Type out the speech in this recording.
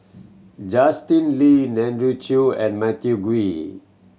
Justin Lean Andrew Chew and Matthew Ngui